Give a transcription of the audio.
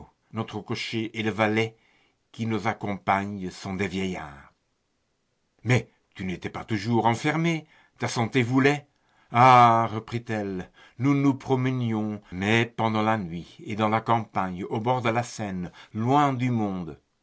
notre cocher et le valet qui nous accompagne sont des vieillards mais tu n'étais pas toujours enfermée ta santé voulait ha reprit-elle nous nous promenions mais pendant la nuit et dans la campagne au bord de la seine loin du monde